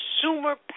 consumer